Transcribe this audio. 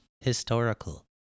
historical